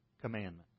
commandment